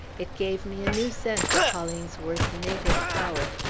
it gave me a new sense of hollingsworth's native power,